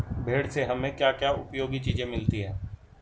भेड़ से हमें क्या क्या उपयोगी चीजें मिलती हैं?